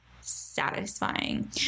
satisfying